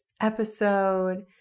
episode